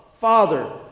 Father